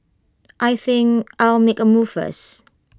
I think I'll make A move first